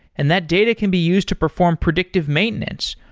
and that data can be used to perform predictive maintenance,